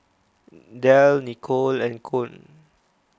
Delle Nicolle and Koen